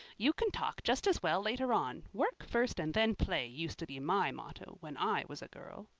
you can talk just as well later on. work first and then play used to be my motto when i was a girl.